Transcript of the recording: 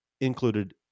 included